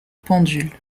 pendule